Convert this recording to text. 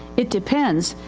it depends.